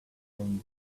from